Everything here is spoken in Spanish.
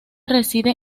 reside